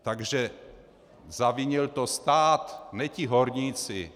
Takže zavinil to stát, ne ti horníci.